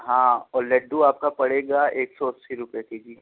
ہاں اور لڈو آپ کا پڑے گا ایک سو اسّی روپئے کے جی